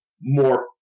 more